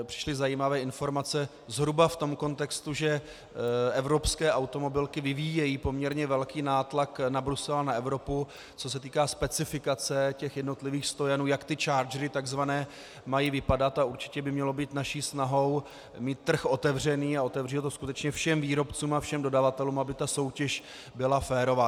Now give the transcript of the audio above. Přišly zajímavé informace zhruba v tom kontextu, že evropské automobilky vyvíjejí poměrně velký nátlak na Brusel a na Evropu, co se týká specifikace těch jednotlivých stojanů, jak ty tzv. chargery mají vypadat, a určitě by mělo být naší snahou mít trh otevřený a otevřít ho skutečně všem výrobcům a všem dodavatelům, aby ta soutěž byla férová.